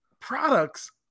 products